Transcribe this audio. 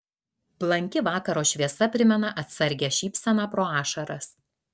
blanki vakaro šviesa primena atsargią šypseną pro ašaras